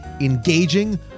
engaging